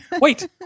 wait